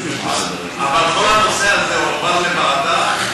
כל הנושא הזה הועבר לוועדה,